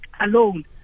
alone